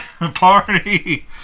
party